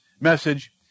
message